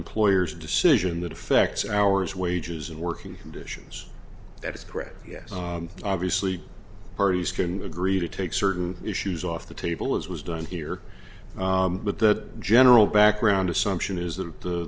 employer's decision that affects hours wages and working conditions that is correct yes obviously parties can agree to take certain issues off the table as was done here but the general background assumption is that